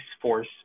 force